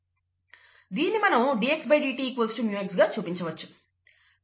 దీన్ని మనం dxdt µx గా చూపించవచ్చు